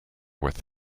with